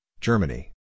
Germany